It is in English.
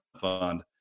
fund